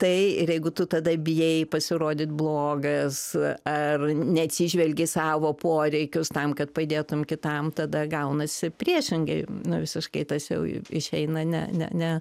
tai ir jeigu tu tada bijai pasirodyt blogas ar neatsižvelgi į savo poreikius tam kad padėtum kitam tada gaunasi priešingai nu visiškai tas jau išeina ne ne ne